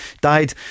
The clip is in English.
died